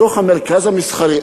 בתוך המרכז המסחרי,